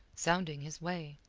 sounding his way.